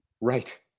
right